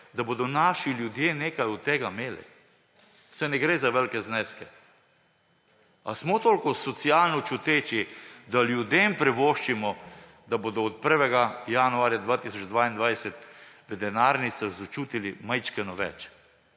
da bodo naši ljudje nekaj od tega imeli. Saj ne gre za velike zneske. A smo toliko socialno čuteči, da ljudem privoščimo, da bodo od 1. januarja 2022 v denarnicah začutili majčkeno več?